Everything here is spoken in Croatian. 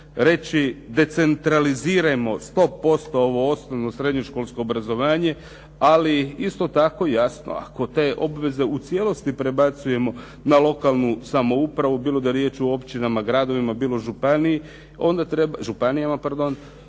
reći decentralizirajmo sto posto ovo osnovno i srednjoškolsko obrazovanje ali isto tako jasno ako te obveze u cijelosti prebacujemo na lokalnu samoupravu bilo da je riječ o općinama, gradovima, bilo županijama